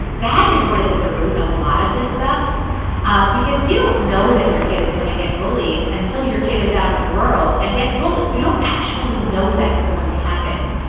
that is what is at the root of a lot of this stuff ah because you don't know that your kid is going to get bullied until your kid is out in the world and gets bullied. you don't actually know that's going to happen.